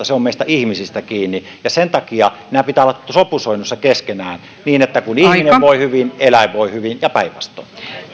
se on meistä ihmisistä kiinni sen takia näiden pitää olla sopusoinnussa keskenään niin että kun ihminen voi hyvin eläin voi hyvin ja päinvastoin